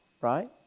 right